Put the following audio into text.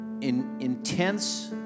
intense